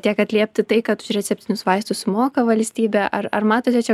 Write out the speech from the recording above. tiek atliepti tai kad už receptinius vaistus moka valstybė ar ar matote čia